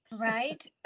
Right